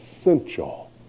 essential